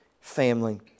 family